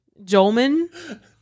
Jolman